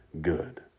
good